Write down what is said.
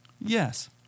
Yes